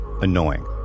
annoying